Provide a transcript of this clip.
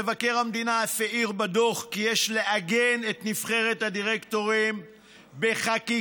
מבקר המדינה הבהיר בדוח כי יש לעגן את נבחרת הדירקטורים בחקיקה,